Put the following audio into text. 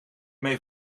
mee